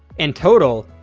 and total,